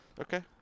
Okay